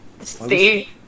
Stay